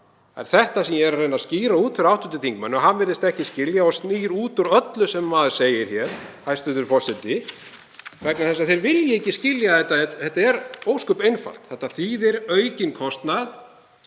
Það er þetta sem ég er að reyna að skýra út fyrir hv. þingmanni, og hann virðist ekki skilja og snýr út úr öllu sem maður segir hér, hæstv. forseti, vegna þess að hann vill ekki skilja þetta. Þetta er ósköp einfalt. Þetta þýðir aukinn kostnað